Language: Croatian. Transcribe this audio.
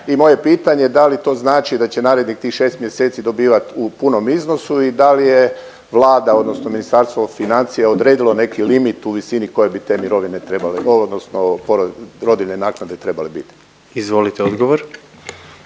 i moje je pitanje da li to znači da će narednih tih 6 mjeseci dobivat u punom iznosu i da li je Vlada odnosno Ministarstvo financija odredilo neki limit u visini koje bi te mirovine trebale odnosno poro… rodiljne naknade trebale biti? **Jandroković,